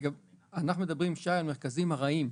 אנחנו מדברים על מרכזים ארעיים,